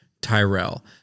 Tyrell